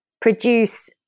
produce